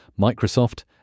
Microsoft